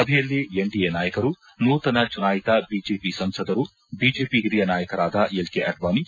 ಸಭೆಯಲ್ಲಿ ಎನ್ಡಿಎ ನಾಯಕರು ನೂತನ ಚುನಾಯಿತು ಬಿಜೆಪಿ ಸಂಸದರು ಬಿಜೆಪಿ ಓರಿಯ ನಾಯಕರಾದ ಎಲ್ ಕೆ ಆಡ್ವಾಣಿ